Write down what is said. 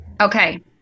Okay